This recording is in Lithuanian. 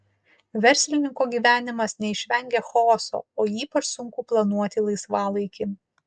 verslininko gyvenimas neišvengia chaoso o ypač sunku planuoti laisvalaikį